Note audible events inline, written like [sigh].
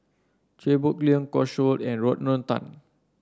Chia Boon Leong [unintelligible] and Rodney Tan